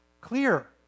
clear